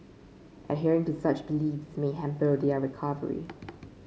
adhering to such beliefs may hamper their recovery